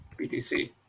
BTC